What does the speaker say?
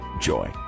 joy